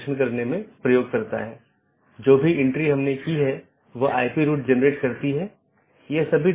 आज हमने जो चर्चा की है वह BGP रूटिंग प्रोटोकॉल की अलग अलग विशेषता यह कैसे परिभाषित किया जा सकता है कि कैसे पथ परिभाषित किया जाता है इत्यादि